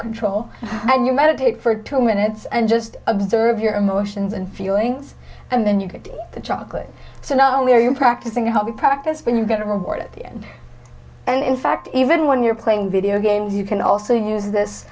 control and you meditate for two minutes and just observe your emotions and feelings and then you get to the chocolate so not only are you practicing how to practice but you get a reward at the end and in fact even when you're playing video games you can also use this